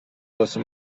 واسه